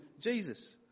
Jesus